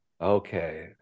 okay